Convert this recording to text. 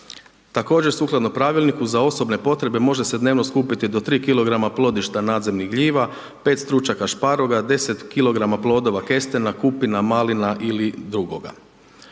Također sukladno pravilniku, za osobne potrebe može se dnevno skupiti do 3 kg plodišta nadzemnih gljiva, 5 stručaka šparoga, 10 kg plodova kestena, kupina, malina ili drugoga.